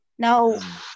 Now